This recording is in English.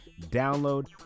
Download